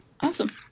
Awesome